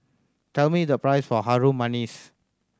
tell me the price of Harum Manis